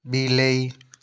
ବିଲେଇ